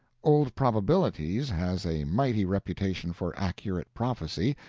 old probabilities has a mighty reputation for accurate prophecy,